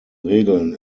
regeln